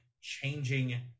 changing